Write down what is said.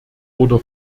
oder